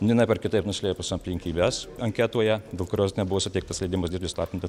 vienaip ar kitaip nuslėpus aplinkybes anketoje dėl kurios nebuvo suteiktas leidimas dirbti su įslaptinta